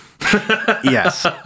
Yes